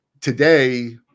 today